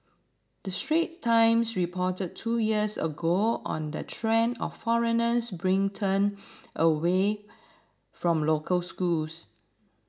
the Straits Times reported two years ago on the trend of foreigners bring turned away from local schools